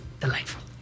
delightful